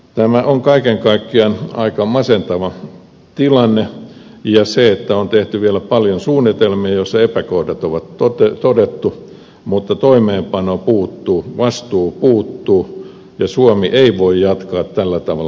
tämä on kaiken kaikkiaan aika masentava tilanne ja on tehty vielä paljon suunnitelmia joissa epäkohdat on todettu mutta toimeenpano puuttuu vastuu puuttuu ja suomi ei voi jatkaa tällä tavalla